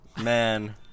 Man